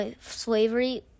slavery